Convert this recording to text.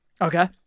Okay